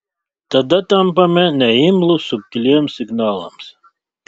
tada tampame neimlūs subtiliems signalams